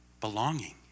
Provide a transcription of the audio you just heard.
belonging